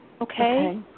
okay